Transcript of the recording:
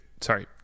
sorry